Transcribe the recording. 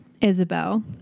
Isabel